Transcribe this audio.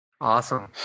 Awesome